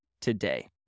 today